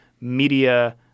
media